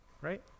Right